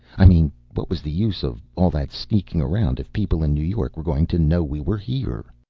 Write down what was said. i mean what was the use of all that sneaking around if people in new york were going to know we were here?